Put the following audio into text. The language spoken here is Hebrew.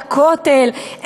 הכותל.